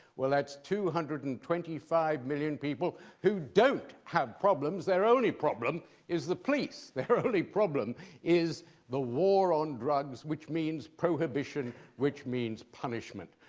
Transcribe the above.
well that's two hundred and twenty five million people who don't have problems. their only problem is the police, their only problem is the war on drugs, which means prohibition, which means punishment.